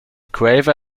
quaver